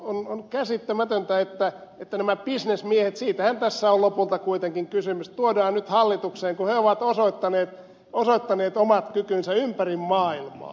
on käsittämätöntä että nämä bisnesmiehet siitähän tässä on lopulta kuitenkin kysymys tuodaan nyt hallitukseen kun he ovat osoittaneet omat kykynsä ympäri maailmaa